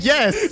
Yes